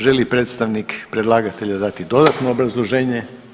Želi li predstavnik predlagatelja dati dodatno obrazloženje?